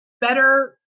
better